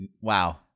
Wow